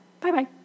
Bye-bye